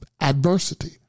adversity